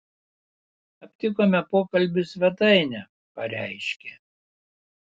aptikome pokalbių svetainę pareiškė